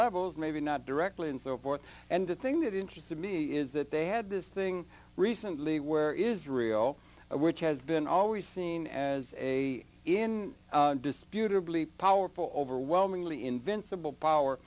levels maybe not directly and so forth and the thing that interested me is that they had this thing recently where israel which has been always seen as a in dispute or belief powerful overwhelmingly invincible power